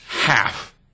Half